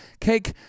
cake